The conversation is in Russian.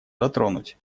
затронуть